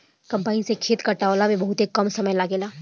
combine से खेत कटावला में बहुते कम समय लागेला